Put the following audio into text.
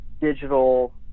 digital